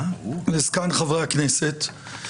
לזקן חברי הכנסת.